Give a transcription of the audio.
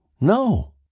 No